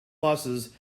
buses